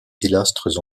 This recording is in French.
pilastres